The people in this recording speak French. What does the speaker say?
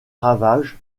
ravages